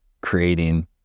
creating